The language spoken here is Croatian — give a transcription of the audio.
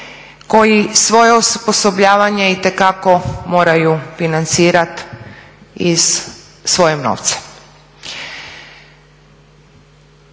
koji svoje osposobljavanje itekako moraju izfinancirati svojim novcem.